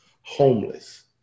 homeless